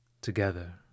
Together